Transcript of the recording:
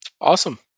Awesome